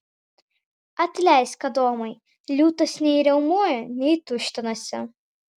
atleisk adomai liūtas nei riaumoja nei tuštinasi